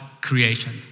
creation